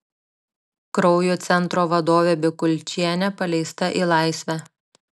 kraujo centro vadovė bikulčienė paleista į laisvę